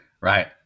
right